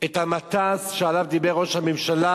את המטס שעליו דיבר ראש הממשלה.